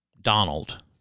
Donald